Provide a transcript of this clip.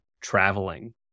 traveling